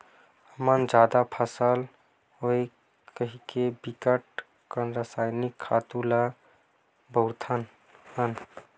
हमन जादा फसल होवय कहिके बिकट के रसइनिक खातू ल बउरत हन